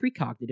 precognitive